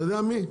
אתה יודע מי?